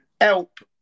help